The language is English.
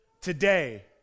today